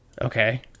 Okay